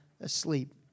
asleep